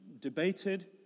debated